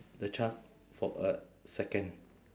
the chance for a second